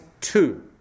two